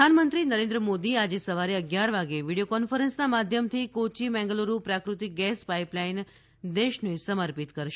ૈ પ્રધાનમંત્રી નરેન્દ્ર મોદી આજે સવારે અગીયાર વાગે વીડીયો કોન્ફરન્સના માધ્યમથી કોચી મેંગલુરૂ પ્રાફતિક ગેસ પાઇપ લાઇન દેશને સમર્પિત કરશે